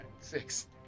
Six